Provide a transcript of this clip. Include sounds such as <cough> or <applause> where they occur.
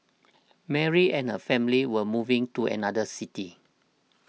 <noise> Mary and her family were moving to another city